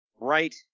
Right